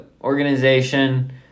organization